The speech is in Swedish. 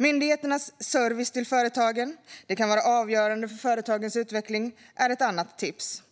Myndigheternas service till företagen kan vara avgörande för företagens utveckling. Det är ett annat tips.